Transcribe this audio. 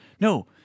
no